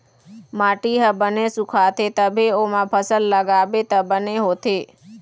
माटी ह बने सुखाथे तभे ओमा फसल लगाबे त बने होथे